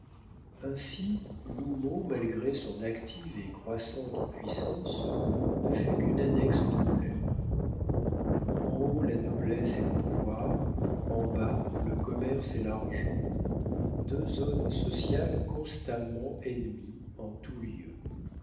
ainsi l'houmeau malgré son active et croissante puissance ne fut qu'une annexe d'angoulême en haut la noblesse et le pouvoir en bas le commerce et l'argent deux zones sociales constamment ennemies en tous lieux